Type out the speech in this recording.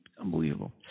Unbelievable